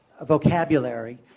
vocabulary